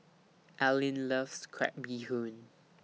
Allean loves Crab Bee Hoon